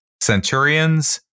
Centurions